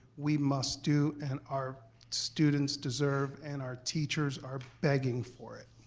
we must do and our students deserve and our teachers are begging for it.